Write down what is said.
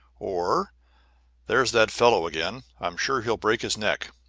or there's that fellow again i'm sure he'll break his neck!